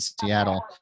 Seattle